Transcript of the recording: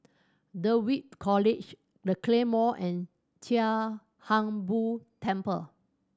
Dulwich College The Claymore and Chia Hung Boo Temple